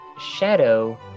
Shadow